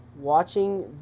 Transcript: Watching